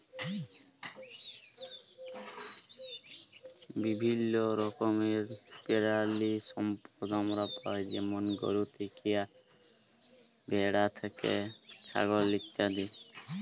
বিভিল্য রকমের পেরালিসম্পদ আমরা পাই যেমল গরু থ্যাকে, ভেড়া থ্যাকে, ছাগল ইত্যাদি